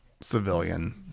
civilian